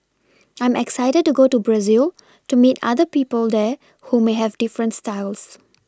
I'm excited to go to Brazil to meet other people there who may have different styles